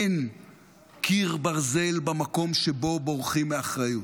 אין קיר ברזל במקום שבו בורחים מאחריות,